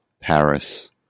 Paris